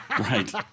Right